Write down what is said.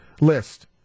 list